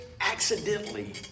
accidentally